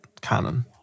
canon